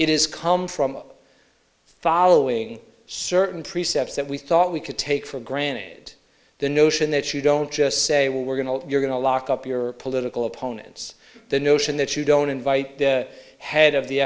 is come from following certain precepts that we thought we could take for granted the notion that you don't just say well we're going to you're going to lock up your political opponents the notion that you don't invite the head of the